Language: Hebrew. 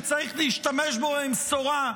שצריך להשתמש בו במשורה,